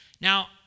Now